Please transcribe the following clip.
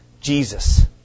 Jesus